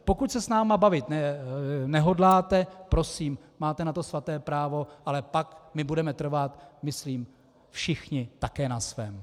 Pokud se s námi bavit nehodláte, prosím, máte na to svaté právo, ale pak my budeme trvat myslím všichni také na svém.